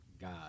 God